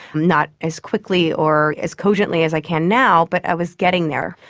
not as quickly or as cogently as i can now, but i was getting there.